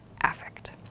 affect